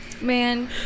Man